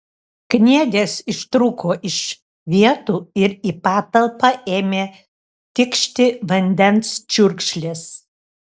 kniedės ištrūko iš vietų ir į patalpą ėmė tikšti vandens čiurkšlės